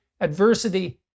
adversity